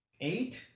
Eight